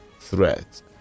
threat